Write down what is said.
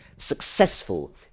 successful